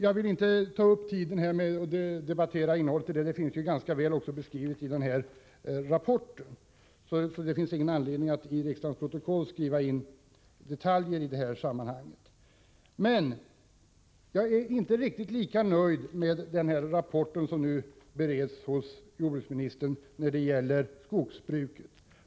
Jag vill inte ta upp tiden här med att debattera innehållet i dem — det finns ganska väl beskrivet i rapporten från aktionsgruppen; det finns ingen anledning att i riksdagens protokoll skriva in detaljer i sammanhanget. Men jag är inte riktigt lika nöjd med rapporten — som nu bereds hos jordbruksministern — när det gäller vad som sägs om skogsbruket.